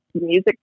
music